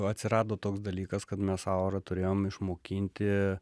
atsirado toks dalykas kad mes aurą turėjom išmokinti